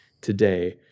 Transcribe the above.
today